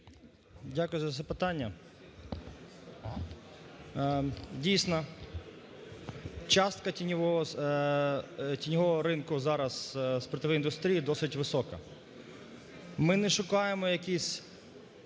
Дякую за запитання. Дійсно, частка тіньового ринку зараз спиртової індустрії досить висока. Ми не шукаємо якихось